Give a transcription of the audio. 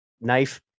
Knife